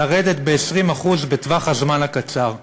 לרדת ב-20% בטווח הזמן הקצר,